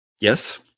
Yes